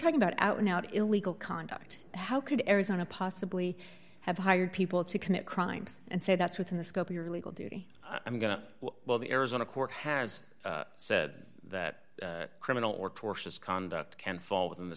talking about out in out illegal conduct how could arizona possibly have hired people to commit crimes and say that's within the scope of your legal duty i'm going to well the arizona court has said that criminal or tortious conduct can fall within the